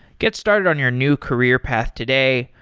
get started on your new career path today.